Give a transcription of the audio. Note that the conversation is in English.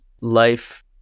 life